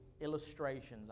illustrations